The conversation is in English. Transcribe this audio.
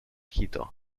quito